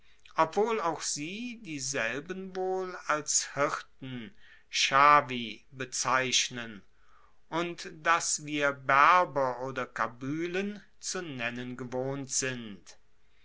obwohl auch sie dieselben wohl als hirten schwie bezeichnen und das wir berber oder kabylen zu nennen gewohnt sind